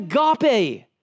agape